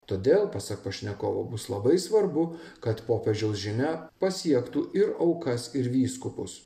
todėl pasak pašnekovo bus labai svarbu kad popiežiaus žinia pasiektų ir aukas ir vyskupus